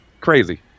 crazy